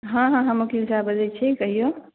हँ हँ हँ हम वकील साहब बजै छियै कहियौ